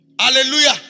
Hallelujah